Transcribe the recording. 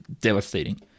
Devastating